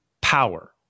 power